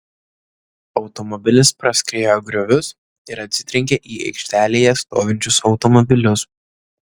automobilis praskriejo griovius ir atsitrenkė į aikštelėje stovinčius automobilius